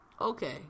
okay